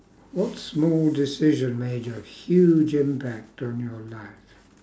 what small decision made a huge impact on your life